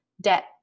debt